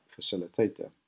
facilitator